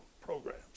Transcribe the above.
programs